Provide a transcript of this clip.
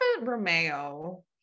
Romeo